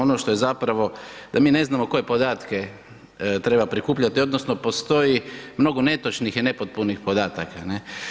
Ono što je zapravo da mi ne znamo koje podatke treba prikupljati odnosno postoji mnogo netočnih i nepotpunih podataka, ne.